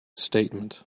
statement